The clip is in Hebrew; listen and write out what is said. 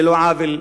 ללא עוול בכפם.